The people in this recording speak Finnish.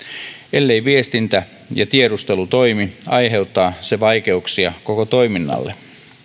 elleivät viestintä ja tiedustelu toimi aiheuttaa se vaikeuksia koko toiminnalle